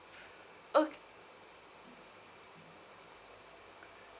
okay